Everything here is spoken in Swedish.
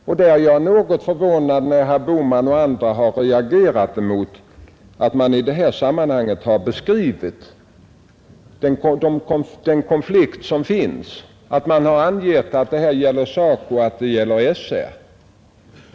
Och jag är något förvånad över att herr Bohman och andra reagerat mot att man i detta sammanhang beskrivit den konflikt som råder — att man angivit att det gäller SACO och att det gäller SR.